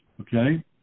Okay